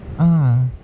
ah